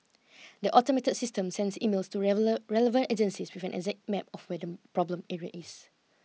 the automated system sends emails to relevant agencies with an exact map of where the problem area is